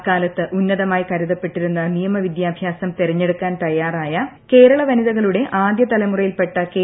അക്കാലത്ത് ഉന്നതമായി കരുതപ്പെട്ടിരുന്ന നിയമവിദ്യാഭ്യാസം തന്നെ തെരഞ്ഞെടുക്കാൻ തയ്യാറായ കേരളവനിതകളുടെ ആദ്യതലമുറയിൽ പ്പെട്ട കെ